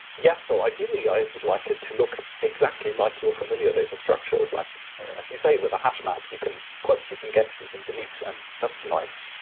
yes. so ideally, i would like it to look exactly like your familiar data structures, like as you say with a hash map you can put, you can get, you can delete. and that's nice.